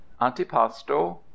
antipasto